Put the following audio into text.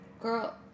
girl